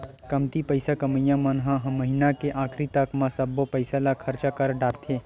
कमती पइसा कमइया मन ह महिना के आखरी तक म सब्बो पइसा ल खरचा कर डारथे